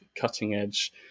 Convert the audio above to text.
cutting-edge